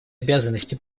обязанности